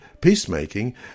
peacemaking